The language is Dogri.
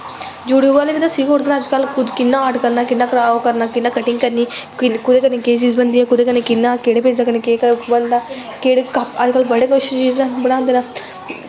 यूटयूब आह्ले बी दस्सी गा ओड़दे नै कियां आर्ट करनां कियां ओह् करनां कियां कटिंग करनी कोह्दोे कन्नै केह् चीज़ बनदी ऐ कोह्दे कन्नै केह् केह्दे कन्नै केह् बनदा अज्ज कल बड़ा किश बनादे नै